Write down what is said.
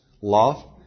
love